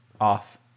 off